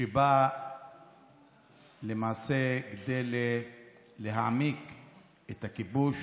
שבא למעשה להעמיק את הכיבוש